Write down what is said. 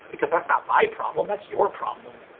because that's not my problem. that's your problem.